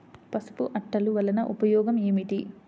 పసుపు అట్టలు వలన ఉపయోగం ఏమిటి?